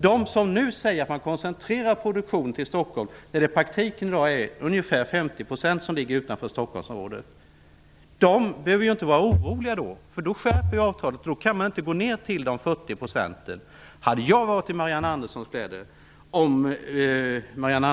De som nu säger att man koncentrerar produktion till Stockholm, när det i praktiken är ungefär 50 % som i dag ligger utanför Stockholmsområdet, behöver inte vara oroliga. Vi skärper ju avtalet, och då kan man inte gå ned till 40 %. Hade jag varit i Marianne Anderssons kläder, om hon